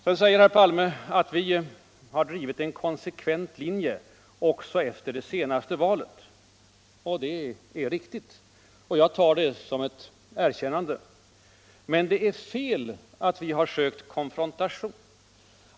Herr Palme säger att vi har ”drivit en konsekvent linje också efter det senaste valet” Det är riktigt, och jag tar det som ett erkännande. Men det är fel att vi har sökt konfrontation.